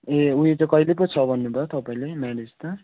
ए उयो त कहिले पो छ भन्नुभयो तपाईँले म्यारेज त